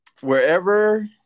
Wherever